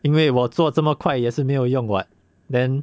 因为我做这么快也是没有用 [what] then